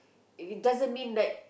and it doesn't mean that